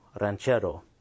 Ranchero